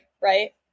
right